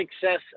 success